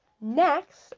next